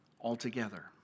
altogether